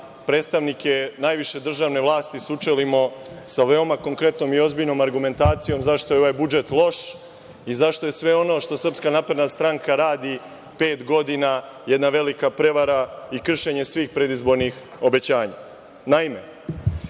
predstavnike najviše državne vlasti sučelimo sa veoma konkretnom i ozbiljnom argumentacijom zašto je ovaj budžet loš i zašto je sve ono što SNS radi pet godina jedna velika prevara i kršenje svih predizbornih obećanja. Naime,